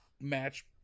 match